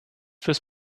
fürs